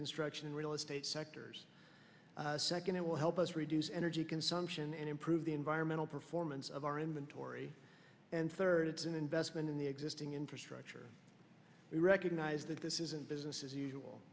construction and real estate sectors second it will help us reduce energy consumption and improve the environmental performance of our inventory and third it's an investment in the existing infrastructure we recognize that this isn't business as usual